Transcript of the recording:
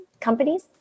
companies